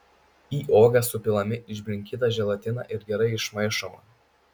į uogas supilami išbrinkyta želatina ir gerai išmaišoma